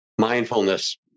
mindfulness